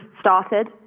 started